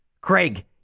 Craig